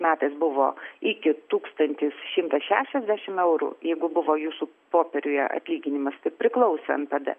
metais buvo iki tūkstantis šimtas šešiasdešim eurų jeigu buvo jūsų popieriuje atlyginimas tai priklausė npd